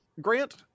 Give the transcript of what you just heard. Grant